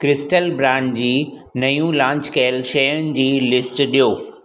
crystal brand जी नयूं launch कयल शयुनि जी लिस्ट ॾियो